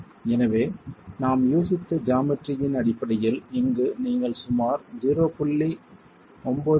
எனவே நாம் யூகித்த ஜாமட்டரி இன் அடிப்படையில் இங்கு நீங்கள் சுமார் 0